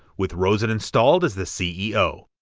with rosen installed as the ceo.